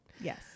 Yes